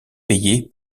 payé